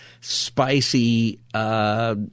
spicy